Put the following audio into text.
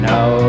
Now